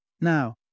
Now